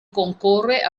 concorre